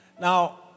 Now